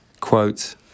Quote